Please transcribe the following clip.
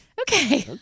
Okay